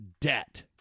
debt